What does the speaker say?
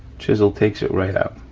chisel takes it right out,